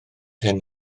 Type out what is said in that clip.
hyn